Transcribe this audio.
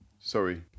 Sorry